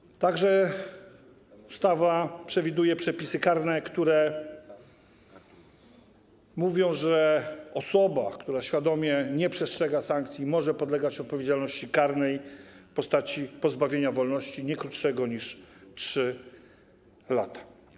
Ustawa przewiduje również przepisy karne, które mówią, że osoba, która świadomie nie przestrzega sankcji, może podlegać odpowiedzialności karnej w postaci pozbawienia wolności nie krótszego niż 3 lata.